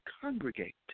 congregate